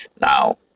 Now